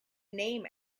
name